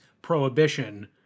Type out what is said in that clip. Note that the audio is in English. Prohibition